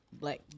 black